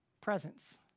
presence